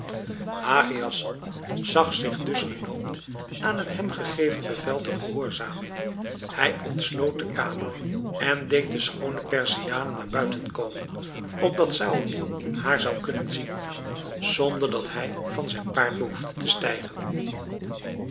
hagi hassan zag zich dus genoopt aan het hem gegeven bevel te gehoorzamen hij ontsloot de kamer en deed de schoone perziane naar buiten komen opdat saony haar zou kunnen zien zonder dat hij van zijn paard behoefde te stijgen